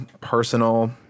personal